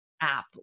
app